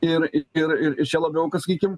ir ir ir ir čia labiau sakykim